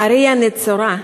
נהרייה נצורה,